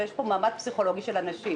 יש פה מאמץ פסיכולוגי של אנשים